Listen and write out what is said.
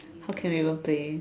how can we even play